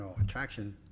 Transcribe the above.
attraction